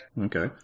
Okay